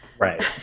Right